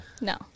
No